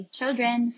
children